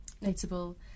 notable